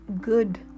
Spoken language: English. good